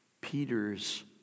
Peter's